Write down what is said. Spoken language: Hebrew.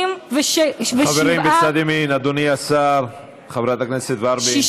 67, חברים בצד ימין, אדוני השר, חברת הכנסת ורבין,